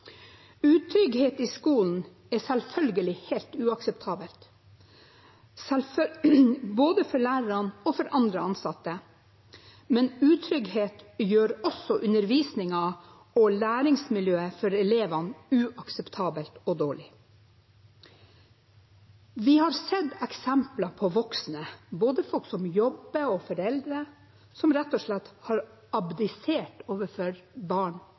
og for andre ansatte. Men utrygghet gjør også undervisningen og læringsmiljøet for elevene uakseptabelt og dårlig. Vi har sett eksempler på voksne, både folk som jobber i skolen og foreldre, som rett og slett har abdisert overfor barn